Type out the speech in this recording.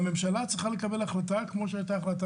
והממשלה צריכה לקבל החלטה כמו שהייתה החלטה